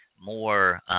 more